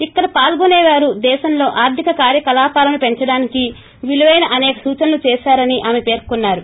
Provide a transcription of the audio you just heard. ఇక్కడ పాల్గొసేవారు దేశంలో తార్గిక కార్సకలాపాలను పెంచడానికి విలుపైన అనేక సూచనలు చేశారని ఆమే పేర్కొన్నారు